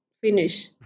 finish